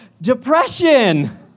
depression